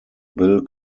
bill